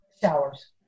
Showers